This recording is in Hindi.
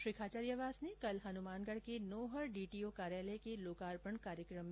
श्री खाचरियावास ने कल हनुमानगढ़ के नोहर डीटीओ कार्यालय के लोकार्पण कार्यक्रम में यह जानकारी दी